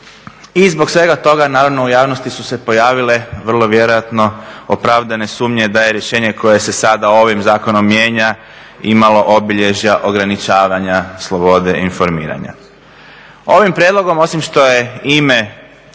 i zbog svega toga naravno u javnosti su se pojavile vrlo vjerojatno opravdane sumnje da je rješenje koje se sada ovim zakonom mijenja imalo obilježja ograničavanja slobode informiranja. Ovim prijedlogom osim što je ime